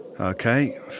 Okay